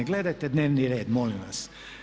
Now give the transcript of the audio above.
Gledajte dnevni red molim vas.